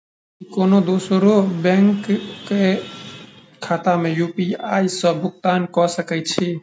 की कोनो दोसरो बैंक कऽ खाता मे यु.पी.आई सऽ भुगतान कऽ सकय छी?